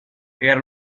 era